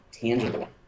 tangible